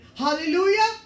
Hallelujah